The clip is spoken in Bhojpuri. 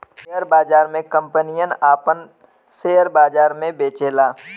शेअर बाजार मे कंपनियन आपन सेअर बाजार मे बेचेला